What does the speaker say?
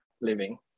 living